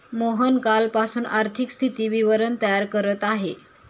मोहन कालपासून आर्थिक स्थिती विवरण तयार करत आहे